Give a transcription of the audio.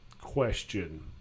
Question